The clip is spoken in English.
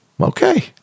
okay